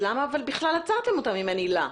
למה בכלל עצרתם אותם אם אין עילה?